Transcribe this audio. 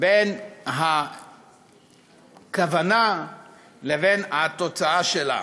בין הכוונה לבין התוצאה שלה.